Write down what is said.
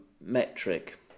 metric